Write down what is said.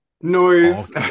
Noise